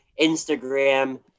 Instagram